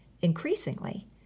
Increasingly